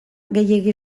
gehiegi